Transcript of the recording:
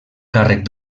càrrec